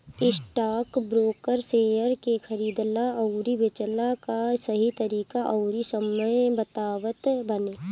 stockbroker share के खरीदला अउरी बेचला कअ सही तरीका अउरी समय बतावत बाने